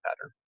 pattern